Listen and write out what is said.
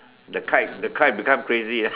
that kite that kite become crazy ah